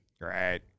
Great